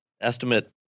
estimate